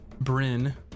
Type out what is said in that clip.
Bryn